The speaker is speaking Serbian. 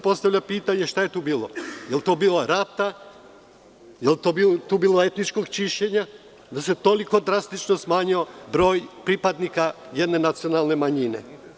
Postavlja se pitanje da li je tu bilo rata, da li je bilo etičkog čišćenja, da se toliko drastično smanjio broj pripadnika jedne nacionalne manjine?